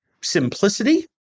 simplicity